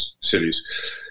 cities